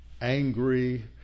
angry